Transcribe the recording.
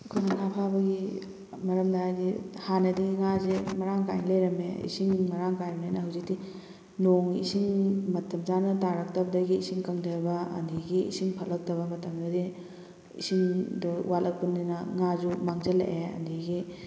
ꯀꯨꯝ ꯉꯥ ꯐꯥꯕꯒꯤ ꯃꯔꯝꯅ ꯍꯥꯏꯕꯗꯤ ꯍꯥꯟꯅꯗꯤ ꯉꯥꯁꯦ ꯃꯔꯥꯡ ꯀꯥꯏꯅ ꯂꯩꯔꯝꯃꯦ ꯏꯁꯤꯡ ꯃꯔꯥꯡ ꯀꯥꯏꯕꯅꯤꯅ ꯍꯧꯖꯤꯛꯇꯤ ꯅꯣꯡꯒꯤ ꯏꯁꯤꯡ ꯃꯇꯝ ꯆꯥꯅ ꯇꯥꯔꯛꯇꯕꯗꯒꯤ ꯏꯁꯤꯡ ꯀꯪꯗꯕ ꯑꯗꯨꯗꯒꯤ ꯏꯁꯤꯡ ꯐꯠꯂꯛꯇꯕ ꯃꯇꯝꯗꯗꯤ ꯏꯁꯤꯡꯗꯣ ꯋꯥꯠꯂꯛꯄꯅꯤꯅ ꯉꯥꯁꯨ ꯃꯥꯡꯁꯤꯜꯂꯛꯑꯦ ꯑꯗꯨꯗꯒꯤ